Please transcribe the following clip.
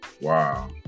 Wow